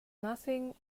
nothing